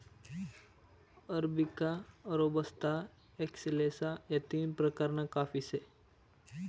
arabica, robusta, excelsa या तीन प्रकारना काफी से